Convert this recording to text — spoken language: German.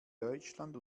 deutschland